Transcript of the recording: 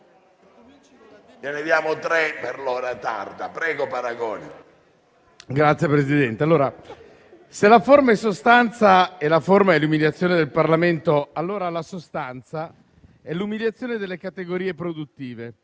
se la forma e sostanza e la forma è l'umiliazione del Parlamento, allora la sostanza è l'umiliazione delle categorie produttive.